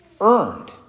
earned